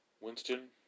Winston